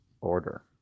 order